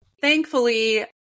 thankfully